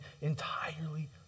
entirely